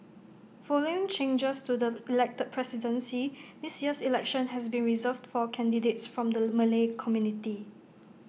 following changes to the elected presidency this year's election has been reserved for candidates from the Malay community